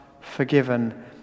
forgiven